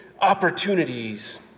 opportunities